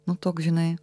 nu toks žinai